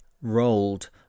rolled